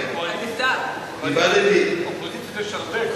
אופוזיציות יש הרבה.